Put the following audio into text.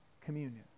communion